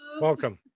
Welcome